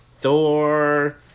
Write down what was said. Thor